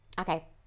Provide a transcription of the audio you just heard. Okay